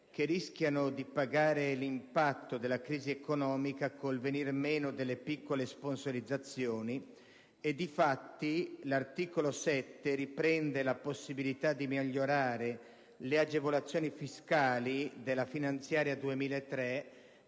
che rischiano di pagare l'impatto della crisi economica con il venire meno delle piccole sponsorizzazioni, tant'è vero che l'articolo 7 riprende la possibilità di migliorare le agevolazioni fiscali previste dalla finanziaria del